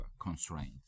constraint